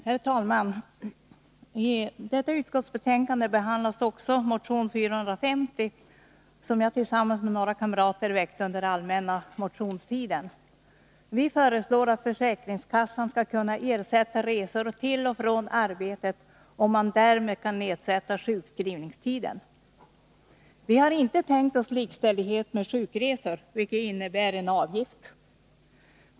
Herr talman! I detta utskottsbetänkande behandlas också motionen 450, som jag tillsammans med några kamrater väckte under allmänna motionstiden. Vi föreslår att försäkringskassan skall kunna ersätta resor till och från arbetet, om man därmed kan nedsätta sjukskrivningstiden. Vi har inte tänkt oss likställighet med sjukresor, vilket innebär en avgift.